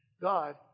God